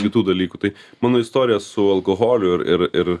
kitų dalykų tai mano istorija su alkoholiu ir ir ir